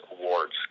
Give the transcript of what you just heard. awards